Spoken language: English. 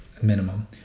minimum